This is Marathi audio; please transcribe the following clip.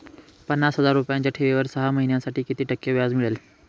पन्नास हजार रुपयांच्या ठेवीवर सहा महिन्यांसाठी किती टक्के व्याज मिळेल?